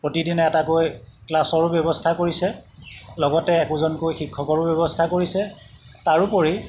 প্ৰতিদিনা এটাকৈ ক্লাছৰো ব্যৱস্থা কৰিছে লগতে একোজনকৈ শিক্ষকৰো ব্যৱস্থা কৰিছে তাৰোপৰি